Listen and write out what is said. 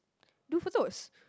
do for those